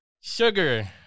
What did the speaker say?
Sugar